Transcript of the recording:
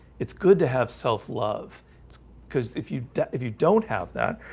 it's good to have self-love because if you if you don't have that